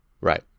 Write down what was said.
Right